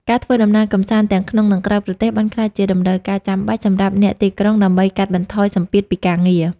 ការធ្វើដំណើរកម្សាន្តទាំងក្នុង និងក្រៅប្រទេស បានក្លាយជាតម្រូវការចាំបាច់សម្រាប់អ្នកទីក្រុងដើម្បីកាត់បន្ថយសម្ពាធពីការងារ។